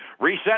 Reset